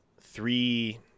three